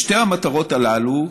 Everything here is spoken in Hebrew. שתי המטרות האלה,